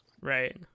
right